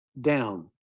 down